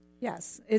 Yes